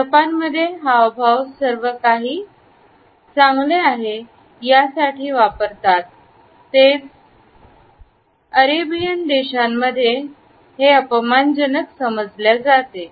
जपानमध्ये हावभाव सर्वकाही चांगले आहे यासाठी वापरतात तेज हवा अरेबियन रेषांमध्ये अपमानजनक समजल्या जातात